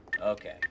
Okay